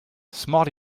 smart